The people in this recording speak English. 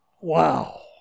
Wow